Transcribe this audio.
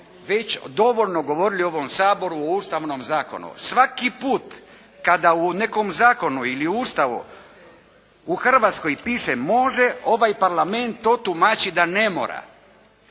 već dovoljno govorili u ovom Saboru u Ustavnom zakonu. Svaki put kada u nekom zakonu ili Ustavu u Hrvatskoj piše "može" ovaj Parlament to tumači da "ne mora".